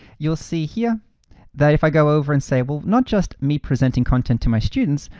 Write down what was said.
you'll see here that if i go over and say well not just me presenting content to my students,